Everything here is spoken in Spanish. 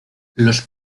los